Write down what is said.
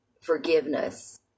forgiveness